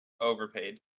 Overpaid